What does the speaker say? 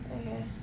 Okay